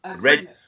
red